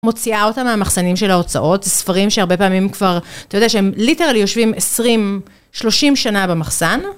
מוציאה אותה מהמחסנים של ההוצאות, זה ספרים שהרבה פעמים כבר, אתה יודע שהם ליטרלי יושבים 20-30 שנה במחסן.